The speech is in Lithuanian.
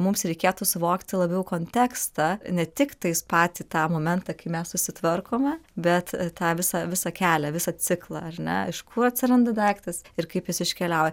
mums reikėtų suvokti labiau kontekstą ne tik tais patį tą momentą kai mes susitvarkome bet tą visą visą kelią visą ciklą ar ne iš kur atsiranda daiktas ir kaip jis iškeliauja